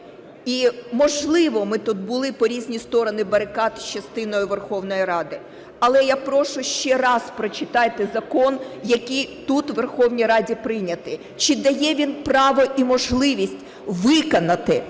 І, можливо, ми тут були по різні сторони барикад з частиною Верховної Ради, але я прошу, ще раз прочитайте Закон, який тут у Верховній Раді прийнятий. Чи дає він право і можливість виконати настанову